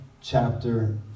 chapter